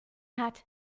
hat